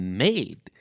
made